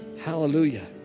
Hallelujah